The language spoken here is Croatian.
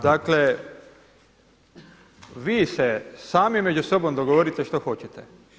Dakle, vi se sami među sobom dogovorite što hoćete.